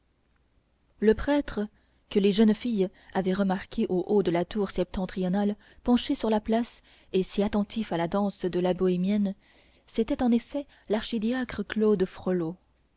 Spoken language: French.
le prêtre que les jeunes filles avaient remarqué au haut de la tour septentrionale penché sur la place et si attentif à la danse de la bohémienne c'était en effet l'archidiacre claude frollo